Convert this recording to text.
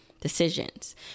decisions